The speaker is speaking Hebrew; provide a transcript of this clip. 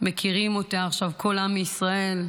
מכירים אותה עכשיו, כל העם בישראל,